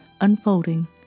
unfolding